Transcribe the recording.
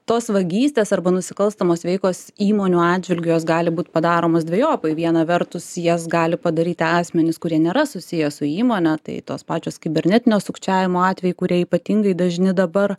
tos vagystės arba nusikalstamos veikos įmonių atžvilgiu jos gali būti padaromos dvejopai viena vertus jas gali padaryti asmenys kurie nėra susiję su įmone tai tos pačios kibernetinio sukčiavimo atvejai kurie ypatingai dažni dabar